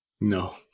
No